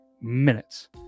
minutes